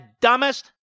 dumbest